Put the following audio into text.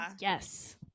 Yes